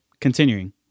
continuing